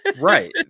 right